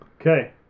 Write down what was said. Okay